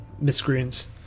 miscreants